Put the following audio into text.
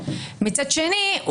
מצד שני,